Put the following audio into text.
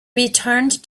returned